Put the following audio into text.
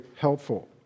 helpful